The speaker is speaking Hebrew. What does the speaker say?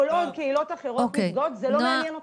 כל עוד קהילות אחרות נפגעות זה לא מעניין אתכם.